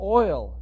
oil